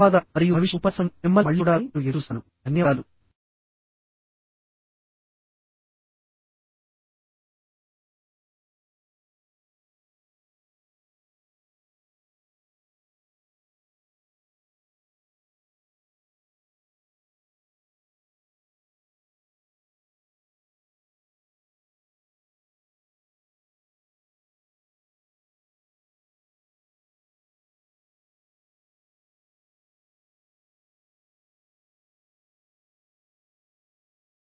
ధన్యవాదములు